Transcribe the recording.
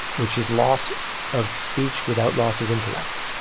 which is loss of speech without loss of intellect